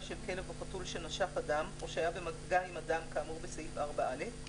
של כלב או חתול שנשך אדם או שהיה במגע עם אדם כאמור בסעיף 4א,